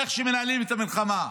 איך שמנהלים את המלחמה.